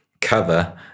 cover